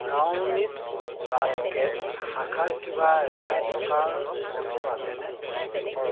brownies basket শাখাৰ কিবা ৰেহাই থকা বস্তু আছেনে